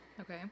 Okay